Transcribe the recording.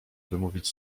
wymówić